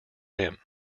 him